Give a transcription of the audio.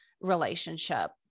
relationship